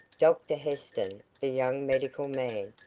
dr heston, the young medical man,